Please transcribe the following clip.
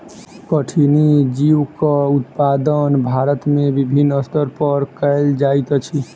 कठिनी जीवक उत्पादन भारत में विभिन्न स्तर पर कयल जाइत अछि